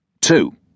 Two